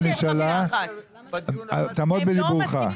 תעמוד בדיבורך.